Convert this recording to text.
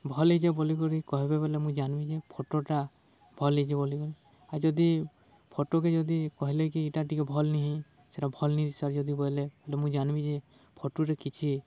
ଭଲ୍ ହେଇଚେ ବଲିିକରି କହେବେ ବଲେ ମୁଇଁ ଜାନ୍ମି ଯେ ଫଟୋଟା ଭଲ୍ ହେଇଚେ ବଲି ଆଉ ଯଦି ଫଟୋକେ ଯଦି କହିଲେ କି ଇଟା ଟିକେ ଭଲ୍ ନି ହେଇ ସେଟା ଭଲ୍ ନି ସାର୍ ଯଦି ବଏଲେେ ହେଲେ ମୁଁ ଜାନ୍ମି ଯେ ଫଟୋରେ କିଛି